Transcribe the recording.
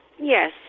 yes